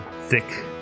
thick